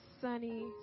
Sunny